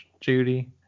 Judy